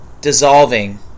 dissolving